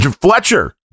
Fletcher